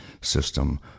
system